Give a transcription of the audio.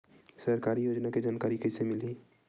सरकारी योजना के जानकारी कइसे मिलही?